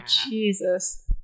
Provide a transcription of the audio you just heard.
jesus